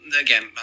Again